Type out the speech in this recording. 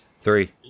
three